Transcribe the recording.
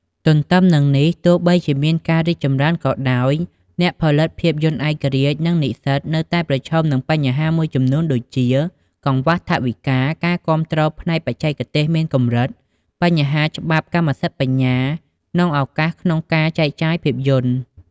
ទទ្ទឹមនឹងនេះ ទោះបីជាមានការរីកចម្រើនក៏ដោយ អ្នកផលិតភាពយន្តឯករាជ្យ និងនិស្សិតនៅតែប្រឈមនឹងបញ្ហាមួយចំនួនដូចជា កង្វះថវិកា ការគាំទ្រផ្នែកបច្ចេកទេសមានកម្រិត បញ្ហាច្បាប់កម្មសិទ្ធិបញ្ញា និងឱកាសក្នុងការចែកចាយភាពយន្ត។